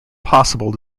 possible